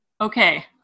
Okay